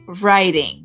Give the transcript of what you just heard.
writing